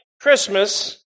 Christmas